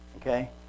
Okay